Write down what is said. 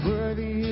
Worthy